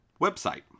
website